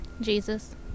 Jesus